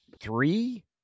three